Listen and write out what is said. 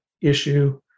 issue